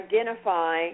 identify